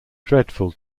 dreadful